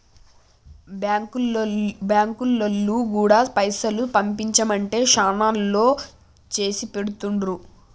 బాంకులోల్లు గూడా పైసలు పంపించుమంటే శనాల్లో చేసిపెడుతుండ్రు